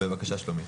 בבקשה, שלומית.